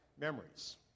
memories